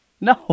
No